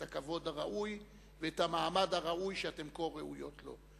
הכבוד הראוי ואת המעמד שאתן כה ראויות לו.